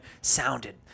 Sounded